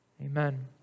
Amen